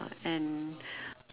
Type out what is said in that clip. and